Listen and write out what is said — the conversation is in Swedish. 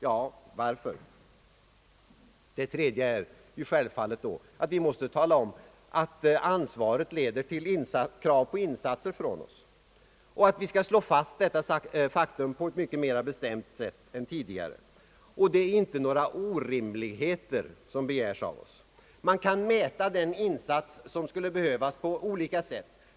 Vi måste vidare för det tredje självfallet söka göra klart för alla att ansvaret leder till krav på insatser från oss. Vi måste slå fast detta faktum på ett mycket mera bestämt sätt än tidigare. Det är inte några orimligheter som begärs av oss. Man kan mäta den insats som skulle behövas på olika sätt.